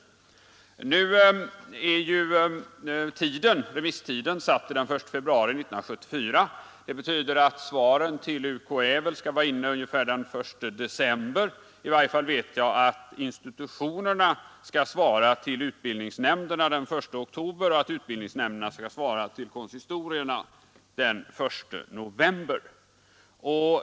Remisstiden är satt till den 1 februari 1974. Det betyder att svaren till UKÄ skall vara inne ungefär den 1 december — i varje fall vet jag att institutionerna skall svara till utbildningsnämnderna den 1 oktober och att utbildningsnämnderna skall svara till konsistorierna den 1 november.